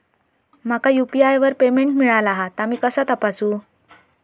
माका यू.पी.आय वर पेमेंट मिळाला हा ता मी कसा तपासू?